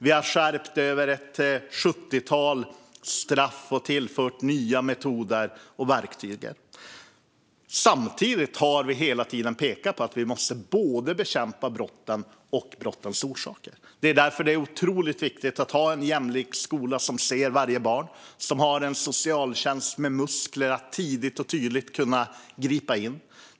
Vi har skärpt ett sjuttiotal straff och tillfört nya metoder och verktyg. Samtidigt har vi hela tiden pekat på att vi måste bekämpa både brotten och brottens orsaker. Det är därför det är otroligt viktigt att ha en jämlik skola som ser varje barn och ha en socialtjänst med muskler att tidigt och tydligt kunna gripa in.